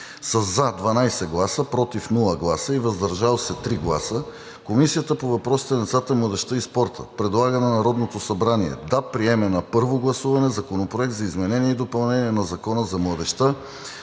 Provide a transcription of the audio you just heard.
– 12, без „против“ и „въздържал се“ – 3, Комисията по въпросите на децата, младежта и спорта предлага на Народното събрание да приеме на първо гласуване Законопроект за изменение и допълнение на Закона за младежта.